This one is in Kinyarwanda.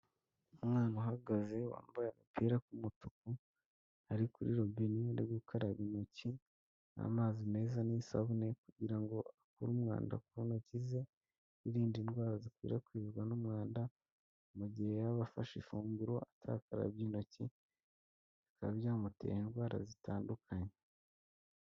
Umwana uhagaze wambaye agapira k'umutuku, ari kuri robine ari gukaraba intoki n'amazi meza n'isabune kugira ngo akure umwanda ku ntoki ze, yirinda indwara zikwirakwizwa n'umwanda mu gihe yaba afashe ifunguro atakarabye intoki, bikaba byamutera indwara zitandukanye.